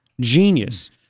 genius